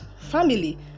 family